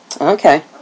Okay